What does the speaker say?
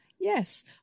Yes